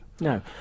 no